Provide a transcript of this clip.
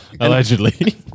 Allegedly